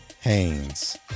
Haynes